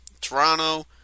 Toronto